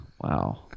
Wow